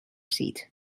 seat